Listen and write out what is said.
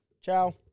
Ciao